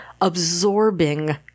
absorbing